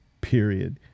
period